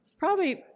probably,